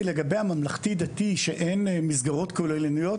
לגבי הממלכתי דתי שאין מסגרות כוללניות,